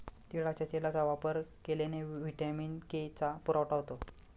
तिळाच्या तेलाचा वापर केल्याने व्हिटॅमिन के चा पुरवठा होतो